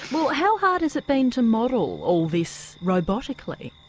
well how hard has it been to model all this robotically,